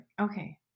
okay